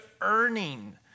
earning